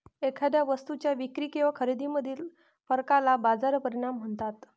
एखाद्या वस्तूच्या विक्री किंवा खरेदीमधील फरकाला बाजार परिणाम म्हणतात